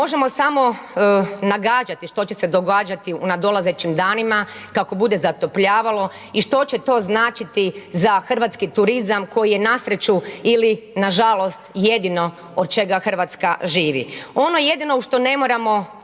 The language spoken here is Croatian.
Možemo samo nagađati što će se događati u nadolazećim danima kako bude zatopljavalo i što će to značiti za hrvatski turizam, koji je na sreću ili nažalost, jedino od čega Hrvatska živi. Ono jedino u što ne moramo